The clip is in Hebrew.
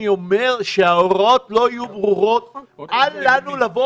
אני אומר שאם ההוראות לא יהיו ברורות אל לנו לבוא